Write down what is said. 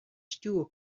stjoer